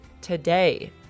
today